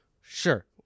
sure